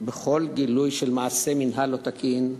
בכל גילוי של מעשה מינהל לא תקין,